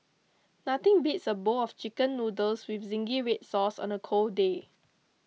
nothing beats a bowl of Chicken Noodles with Zingy Red Sauce on a cold day